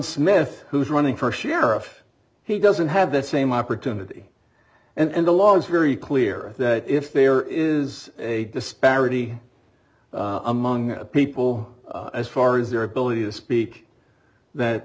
smith who's running for sheriff he doesn't have that same opportunity and the law is very clear that if there is a disparity among people as far as their ability to speak that